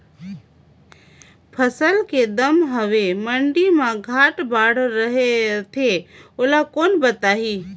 फसल के दम हवे मंडी मा घाट बढ़ा रथे ओला कोन बताही?